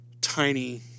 tiny